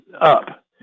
up